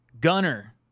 Gunner